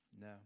No